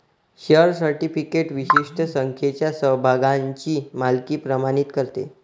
share certificate विशिष्ट संख्येच्या समभागांची मालकी प्रमाणित करते